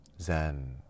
Zen